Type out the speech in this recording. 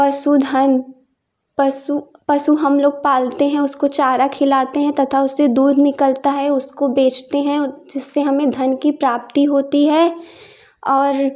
पशुधन पशु पशु हम लोग पालते हैं उसको चारा खिलाते हैं तथा उससे दूध निकलता है उसको बेचते हैं जिससे हमें धन की प्राप्ति होती है और